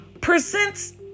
presents